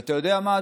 ואתה יודע מה,